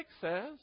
says